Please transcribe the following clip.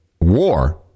war